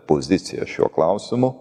poziciją šiuo klausimu